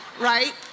right